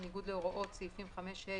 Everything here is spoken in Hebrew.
בניגוד להוראות סעיפים 5(ה),